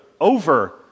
over